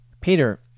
Peter